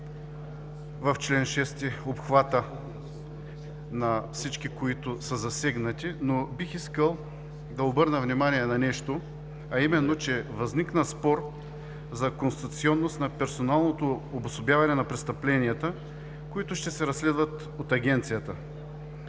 в чл. 6 обхвата на всички, които са засегнати, но бих искал да обърна внимание на нещо, а именно че възникна спор за конституционност на персоналното обособяване на престъпленията, които ще се разследват от Агенцията.